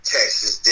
Texas